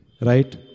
Right